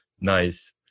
nice